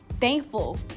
thankful